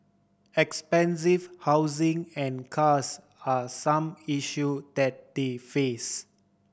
expensive housing and cars are some issue that they face